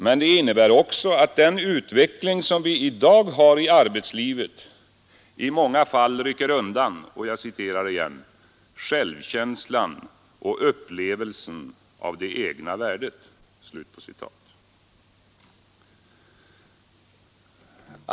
Men det innebär också att den utveckling som vi i dag har i arbetslivet i många fall rycker undan ”självkänslan och upplevelsen av det egna värdet”.